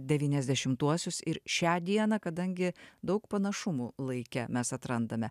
devyniasdešimtuosius ir šią dieną kadangi daug panašumų laike mes atrandame